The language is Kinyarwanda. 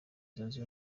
zunze